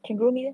挺出名的